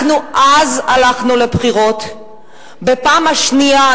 אנחנו אז הלכנו לבחירות בפעם השנייה,